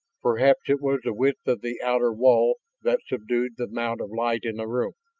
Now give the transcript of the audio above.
perhaps it was the width of the outer wall that subdued the amount of light in the room.